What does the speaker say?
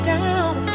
Down